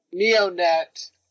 Neonet